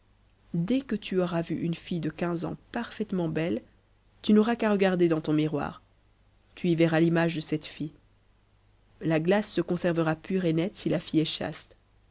dès que tu auras vu une fille de quinze ans parfaitement belle tu n'auras qu'à regarder dans ton miroir tu y verras l'image de cette fille la glace se conservera pure et nette si la fille est chaste